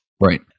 Right